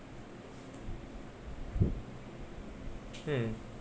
mm